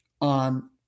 on